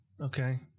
okay